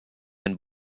and